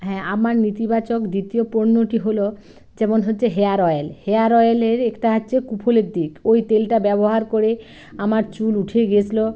হ্যাঁ আমার নীতিবাচক দ্বিতীয় পণ্যটি হলো যেমন হচ্চে হেয়ার অয়েল হেয়ার অয়েলের একটা হচ্ছে কুফলের দিক ওই তেলটা ব্যবহার করে আমার চুল উঠে গেছিলো